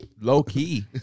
low-key